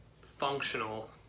functional